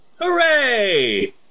Hooray